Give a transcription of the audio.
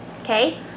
okay